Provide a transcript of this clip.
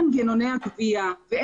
המסים (גבייה) עם הבעיות עליהן דיברתי קודם,